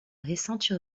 récente